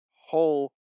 whole